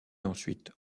ensuite